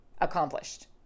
accomplished